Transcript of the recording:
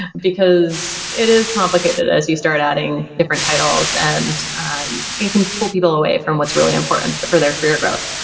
because it is complicated as you start adding different titles. and it can pull people away from what's really important for their career growth.